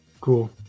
cool